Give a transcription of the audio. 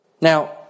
Now